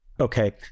Okay